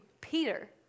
Peter